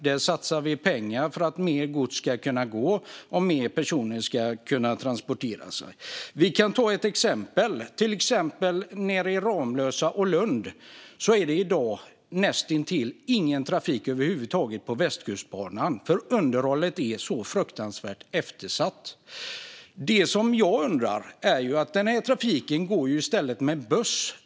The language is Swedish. Där satsar vi pengar för att mer gods ska kunna gå och fler personer ska kunna transportera sig. Vi kan ta ett exempel. Nere i Ramlösa och Lund är det i dag näst intill ingen trafik över huvud taget på Västkustbanan, för underhållet är så fruktansvärt eftersatt. Denna trafik går i stället med buss.